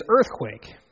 earthquake